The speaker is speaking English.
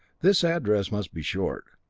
this address must be short.